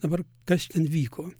dabar kas ten vyko